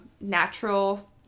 natural